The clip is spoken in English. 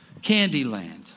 Candyland